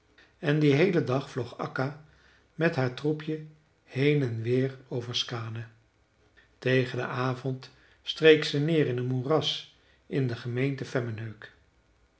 en dien heelen dag vloog akka met haar troepje heen en weer over skaane tegen den avond streek ze neer in een moeras in de gemeente